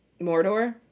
Mordor